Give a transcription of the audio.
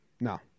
No